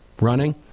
running